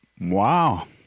Wow